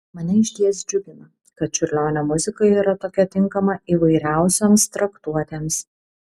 mane išties džiugina kad čiurlionio muzika yra tokia tinkama įvairiausioms traktuotėms